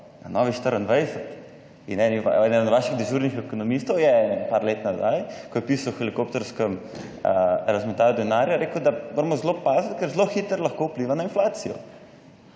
Na Novi24. In eden od vaših dežurnih ekonomistov je par let nazaj, ko je pisal o helikopterskem razmetal denarja, rekel, da moramo zelo paziti, ker zelo hitro lahko vpliva na inflacijo.